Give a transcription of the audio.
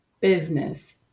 Business